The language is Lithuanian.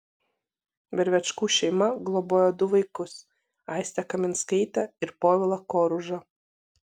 vervečkų šeima globojo du vaikus aistę kaminskaitę ir povilą koružą